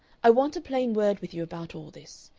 i want a plain word with you about all this.